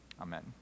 Amen